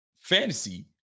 fantasy